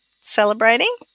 celebrating